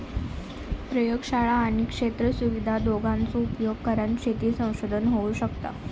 प्रयोगशाळा आणि क्षेत्र सुविधा दोघांचो उपयोग करान शेती संशोधन होऊ शकता